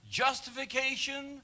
justification